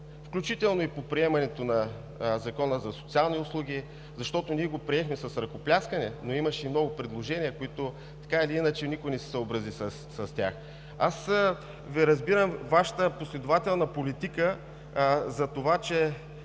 включително и по приемането на Закона за социалните услуги. Ние го приехме с ръкопляскане, но имаше много предложения, с които така или иначе никой не се съобрази. Аз разбирам Вашата последователна политика, че